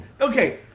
Okay